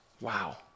Wow